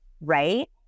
Right